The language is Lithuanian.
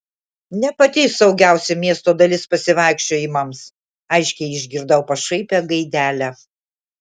ne pati saugiausia miesto dalis pasivaikščiojimams aiškiai išgirdau pašaipią gaidelę